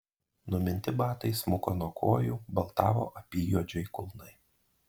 numinti batai smuko nuo kojų baltavo apyjuodžiai kulnai